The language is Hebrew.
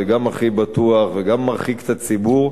זה גם הכי בטוח וגם מרחיק את הציבור,